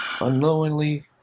unknowingly